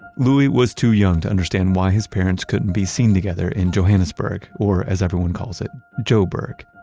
louis was too young to understand why his parents couldn't be seen together in johannesburg, or as everyone calls it, joburg.